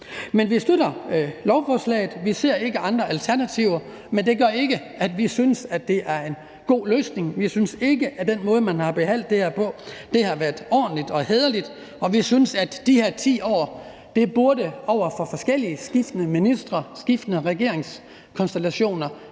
Men vi støtter lovforslaget. Vi ser ikke andre alternativer, men det gør ikke, at vi synes, det er en god løsning. Vi synes ikke, at den måde, man har behandlet det her på, har været ordentlig og hæderlig, og vi synes, at de her 10 år burde give skiftende ministre, skiftende regeringskonstellationer